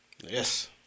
Yes